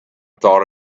thought